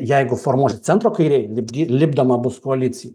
jeigu formuosis centro kairėj lipdy lipdoma bus koalicija